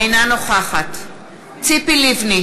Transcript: אינה נוכחת ציפי לבני,